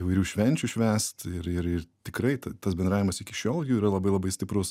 įvairių švenčių švęst ir ir ir tikrai tas bendravimas iki šiol jų yra labai labai stiprus